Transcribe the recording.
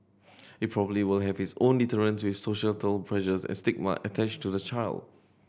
it probably will have its own deterrents with societal pressures and stigma attached to the child